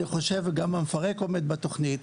אני חושב שגם המפרק עומד בתוכנית.